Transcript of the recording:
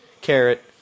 carrot